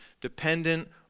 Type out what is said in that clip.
dependent